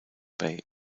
bay